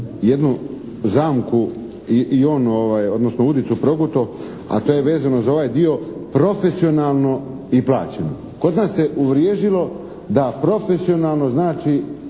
jednu zamku i on odnosno udicu progutao a to je vezano za ovaj dio profesionalno i plaćeno. Kod nas se uvriježilo da profesionalno znači